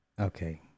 Okay